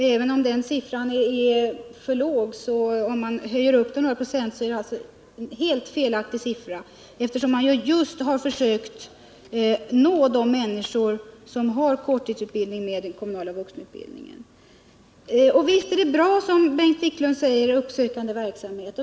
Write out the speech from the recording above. Även om den siffran är för låg och om man höjer den några procent, så är den ändå alldeles för låg, eftersom man just har försökt nå de människor som har korttidsutbildning med den kommunala vuxenutbildningen. Visst är det bra, som Bengt Wiklund säger, att ha en uppsökande verksamhet.